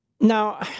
now